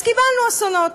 אז קיבלנו אסונות: